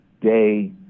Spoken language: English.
day